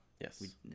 Yes